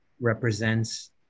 represents